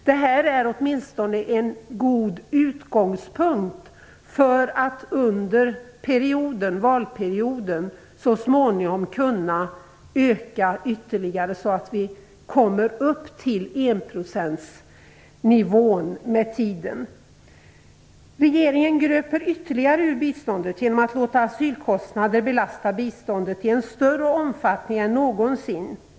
Detta är åtminstone en god utgångspunkt för att så småningom under valperioden kunna öka biståndet ytterligare, så att vi med tiden når upp till enprocentsnivån. Regeringen gröper ytterligare ur biståndet genom att låta asylkostnader belasta biståndet i en större omfattning än någonsin.